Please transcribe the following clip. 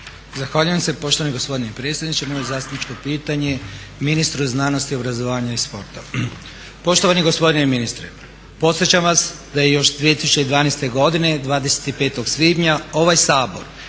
Zahvaljujem se poštovani gospodine predsjedniče. Moje zastupničko pitanje je ministru znanosti, obrazovanja i sporta. Poštovani gospodine ministre podsjećam vas da je još 2012. godine 25. svibnja ovaj Sabor